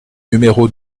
numéro